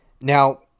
Now